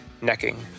Necking